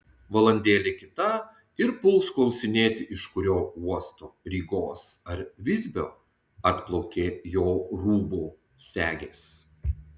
valandėlė kita ir puls klausinėti iš kurio uosto rygos ar visbio atplaukė jo rūbo segės